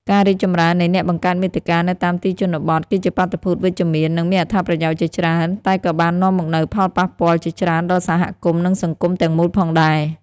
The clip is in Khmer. ការរីកចម្រើននៃអ្នកបង្កើតមាតិកានៅតាមទីជនបទ គឺជាបាតុភូតវិជ្ជមាន និងមានអត្ថប្រយោជន៍ជាច្រើន តែក៏បាននាំមកនូវផលប៉ះពាល់ ជាច្រើនដល់សហគមន៍ និងសង្គមទាំងមូលផងដែរ។